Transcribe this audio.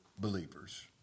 believers